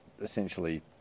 essentially